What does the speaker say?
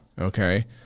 okay